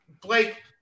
Blake